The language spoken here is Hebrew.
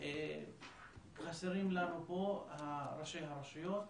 חסרים לנו פה ראשי הרשויות,